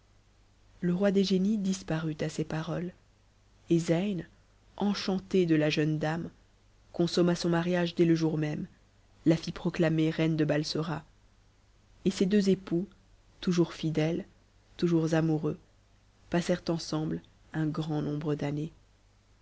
le roi des génies disparut à ces paroles et zeyn enchanté de la jeune dame consomma son mariage dès le jour même la fit proclamer reine de balsora et ces deux époux toujours fidèles toujours amoureux passèrent ensemble un grand nombre d'années